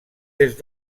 des